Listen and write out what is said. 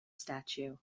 statue